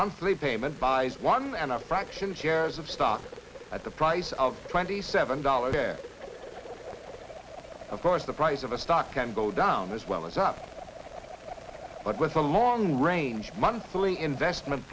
monthly payment buys one and a fraction shares of stock at the price of twenty seven dollars of course the price of a stock can go down as well as up but with a long range monthly investment